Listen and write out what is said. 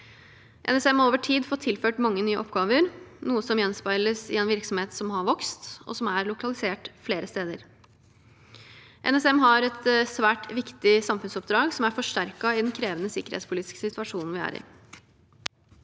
NSM har over tid fått tilført mange nye oppgaver, noe som gjenspeiles i en virksomhet som har vokst, og som er lokalisert flere steder. NSM har et svært viktig samfunnsoppdrag som er forsterket i den krevende sikkerhetspolitiske situasjonen vi er i.